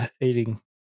eating